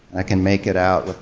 i can make it out,